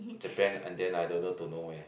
Japan and then I don't know to nowhere